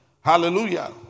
Hallelujah